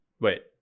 Wait